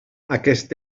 aquest